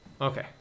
Okay